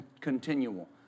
continual